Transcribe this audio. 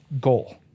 goal